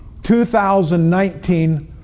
2019